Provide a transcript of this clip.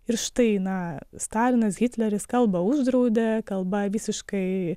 ir štai na stalinas hitleris kalbą uždraudė kalba visiškai